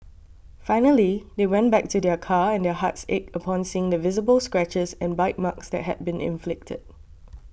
finally they went back to their car and their hearts ached upon seeing the visible scratches and bite marks that had been inflicted